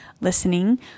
listening